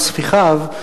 וספיחיו,